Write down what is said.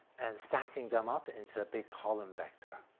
and stacking them up into a big column vector,